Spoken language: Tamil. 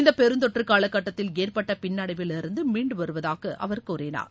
இந்த பெருந்தொற்று காலகட்டத்தில் ஏற்பட்ட பின்னடைவிலிருந்து மீண்டு வருவதாக அவர் கூறினார்